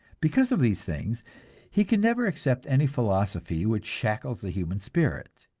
because of these things he can never accept any philosophy which shackles the human spirit,